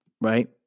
right